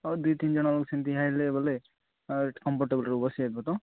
ହଉ ଦୁଇ ତିନି ଜଣ ସେମିତି ହେଲେ ବୋଲେ କମ୍ଫଟେବୁଲ୍ରେ ବସି ହେବ ତ